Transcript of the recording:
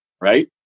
Right